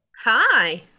Hi